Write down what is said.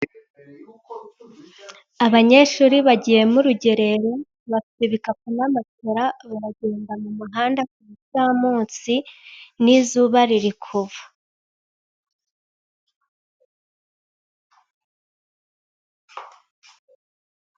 Abanyeshuri bagiye mu rugerero bafite ibipikapu na matola, baragenda mu muhanda ku gicamunsi n'izuba riri kuva.